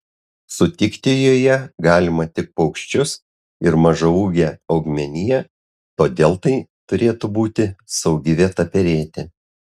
sutikti joje galima tik paukščius ir mažaūgę augmeniją todėl tai turėtų būti saugi vieta perėti